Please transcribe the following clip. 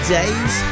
days